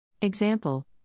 Example